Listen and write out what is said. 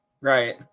Right